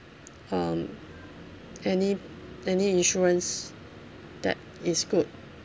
um any any insurance that is good